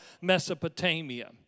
Mesopotamia